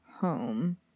home